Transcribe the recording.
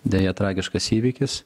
deja tragiškas įvykis